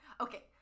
Okay